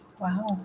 Wow